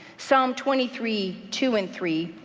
psalm twenty three, two and three,